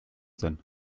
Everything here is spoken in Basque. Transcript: zen